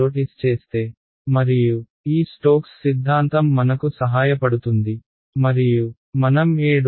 ds చేస్తే మరియు ఈ స్టోక్స్ సిద్ధాంతం మనకు సహాయపడుతుంది మరియు మనం E